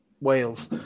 wales